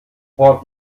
port